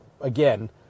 again